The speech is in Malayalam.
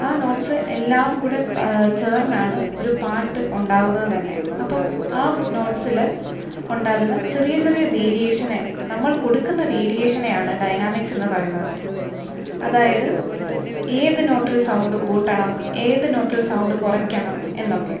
ആ നോട്ട്സ് എല്ലാം കൂടെ ചേർന്നാണ് ഒരു പാട്ട് ഉണ്ടാകുന്നത് തന്നെ അപ്പം ആ നോട്ട്സിൽ ഉണ്ടാകുന്ന ചെറിയ ചെറിയ വേരിയേഷനെ നമ്മൾ കൊടുക്കുന്ന വേരിയേഷനെ ആണ് ഡയനാമിക്സ് എന്ന് പറയുന്നത് അതായത് ഏത് നോട്ടിൽ സൌണ്ട് കൂട്ടണം ഏത് നോട്ടിൽ സൌണ്ട് കുറയ്ക്കണം എന്നൊക്കെ